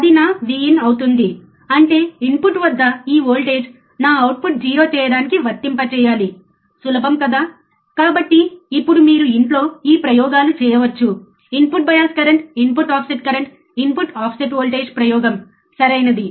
అది నా Vin అవుతుంది అంటే ఇన్పుట్ వద్ద ఈ వోల్టేజ్ నా అవుట్పుట్ 0 చేయడానికి వర్తింపజేయాలి సులభం కదా కాబట్టి ఇప్పుడు మీరు ఇంట్లో ఈ ప్రయోగాలు చేయవచ్చు input bias current input offset current input offset voltage ప్రయోగం సరియైనది